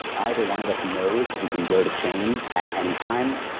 either one of us knows that we can go to chain at any time,